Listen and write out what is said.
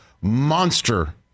monster